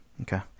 Okay